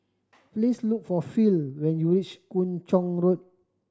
please look for Phil when you reach Kung Chong Road